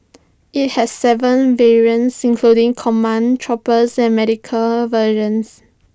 IT has Seven variants including command trooper and medical versions